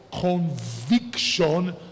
Conviction